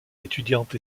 étudiantes